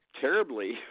terribly